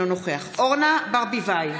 אינו נוכח אורנה ברביבאי,